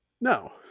No